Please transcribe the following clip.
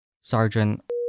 Sergeant